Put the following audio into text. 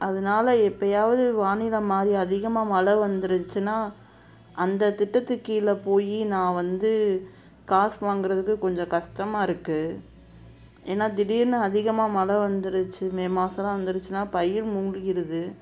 அதனால எப்போயாவது வானிலை மாறி அதிகமாக மழை வந்துருச்சுனா அந்த திட்டத்துக்கு கீழே போய் நான் வந்து காசு வாங்கிறதுக்கு கொஞ்சம் கஷ்டமாக இருக்குது ஏன்னால் திடிர்னு அதிகமாக மழை வந்துருச்சு மே மாசமெலாம் வந்துருச்சுனா பயிர் மூழ்கிருது